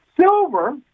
Silver